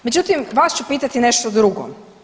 Međutim, vas ću pitati nešto drugo.